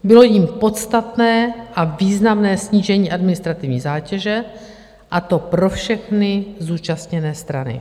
Bylo jím podstatné a významné snížení administrativní zátěže, a to pro všechny zúčastněné strany.